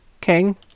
king